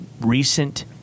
recent